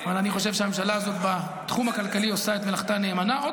אבל אני חושב שהממשלה הזאת עושה את מלאכתה נאמנה בתחום הכלכלי,